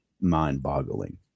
mind-boggling